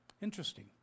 Interesting